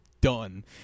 done